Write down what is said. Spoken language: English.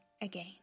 again